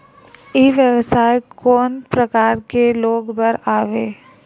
ई व्यवसाय कोन प्रकार के लोग बर आवे?